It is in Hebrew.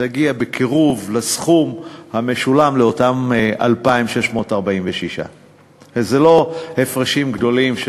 תגיע בקירוב לסכום המשולם לאותם 2,646. אלה לא צריכים להיות הפרשים גדולים.